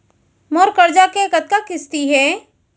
मोर करजा के कतका किस्ती हे?